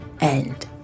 end